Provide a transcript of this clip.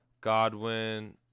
Godwin